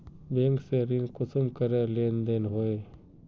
Bank से ऋण कुंसम करे लेन देन होए?